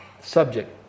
subject